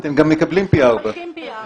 אתם גם מקבלים פי ארבעה.